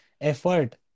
effort